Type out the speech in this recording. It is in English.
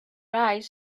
eyes